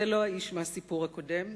וזה לא האיש מהסיפור הקודם,